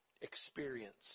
experience